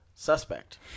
Suspect